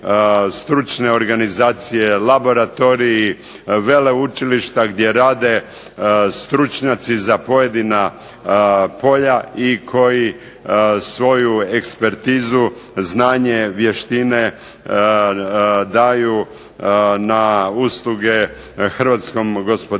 stručne organizacije, laboratoriji, veleučilišta gdje rade stručnjaci za pojedina polja i koji svoju ekspertizu, znanje, vještine daju na usluge hrvatskom gospodarstvu